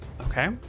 okay